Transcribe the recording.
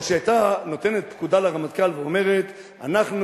או שהיתה נותנת פקודה לרמטכ"ל ואומרת: אנחנו